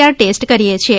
R test કરીએ છીએ